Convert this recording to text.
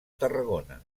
tarragona